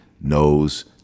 knows